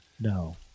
no